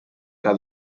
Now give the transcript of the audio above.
que